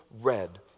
Red